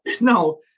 no